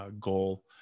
goal